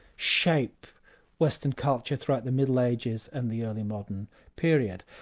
shape western culture throughout the middle ages and the early modern period.